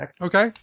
Okay